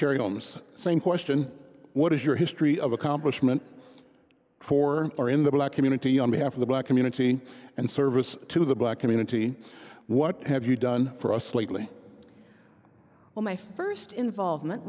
same question what is your history of accomplishment for or in the black community on behalf of the black community and service to the black community what have you done for us lately well my first involvement